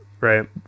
Right